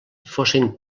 fossin